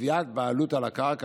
תביעות בעלות על הקרקע.